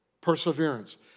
perseverance